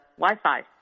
Wi-Fi